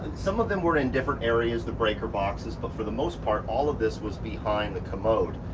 some of them were in different areas, the breaker boxes. but for the most part all of this was behind the commode.